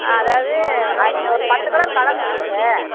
ஆ அதாவது அந்த ஒரு பத்து கலர் கலந்து கொடுங்க